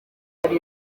ibyo